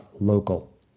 local